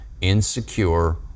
insecure